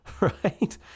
right